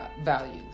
values